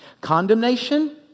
Condemnation